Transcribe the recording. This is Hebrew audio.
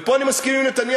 ופה אני מסכים עם נתניהו,